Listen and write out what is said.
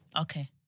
Okay